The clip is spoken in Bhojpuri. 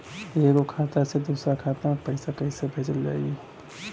एगो खाता से दूसरा खाता मे पैसा कइसे भेजल जाई?